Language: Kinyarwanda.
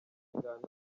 kandi